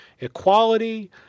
equality